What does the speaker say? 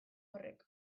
horrek